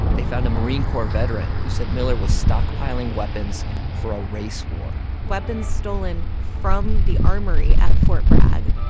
they found a marine corps veteran who said miller was stockpiling weapons for a race war weapons stolen from the armory at fort bragg,